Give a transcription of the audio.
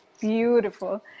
beautiful